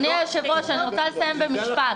אני רוצה לחדד לחבריי משהו אחד.